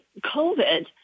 COVID